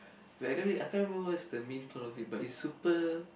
wait I can't really I can't even remember what's the main plot of it but it's super